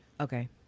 Okay